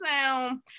sound